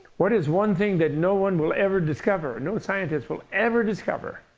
what is one thing that no one will ever discover? no scientist will ever discover?